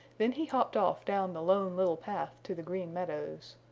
then he hopped off down the lone little path to the green meadows.